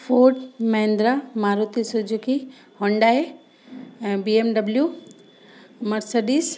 Ford Mahindra Maruti Suzuki Hyundai ऐं B M W Mercedes